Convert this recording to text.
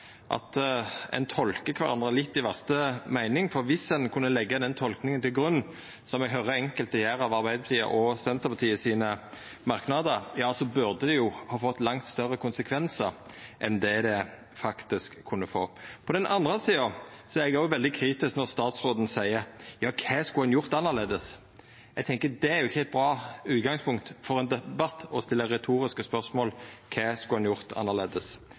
at ein tolkar kvarandre litt i verste meining, for viss ein kunne leggja den tolkinga til grunn, som eg høyrer enkelte gjer av merknadene til Arbeidarpartiet og Senterpartiet, burde det ha fått langt større konsekvensar enn det det faktisk kunne få. På den andre sida er eg òg veldig kritisk når statsråden seier: Kva skulle ein gjort annleis? Eg tenkjer det ikkje er eit bra utgangspunkt for ein debatt å stilla retoriske spørsmål om kva ein skulle gjort